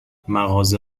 مغازه